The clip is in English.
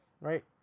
right